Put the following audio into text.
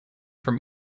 from